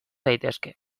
daitezke